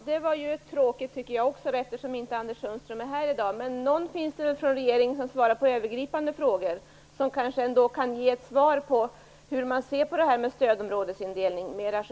Fru talman! Det tycker jag också var tråkigt eftersom Anders Sundström inte är här i dag. Men det finns väl någon från regeringen som svarar på övergripande frågor och som kanske kan ge ett svar på hur man mer generellt ser på det här med stödområdesindelning?